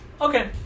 Okay